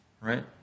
right